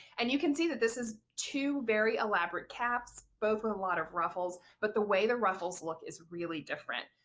and you can see that this is two very elaborate caps both with a lot of ruffles. but the way the ruffles look is really different.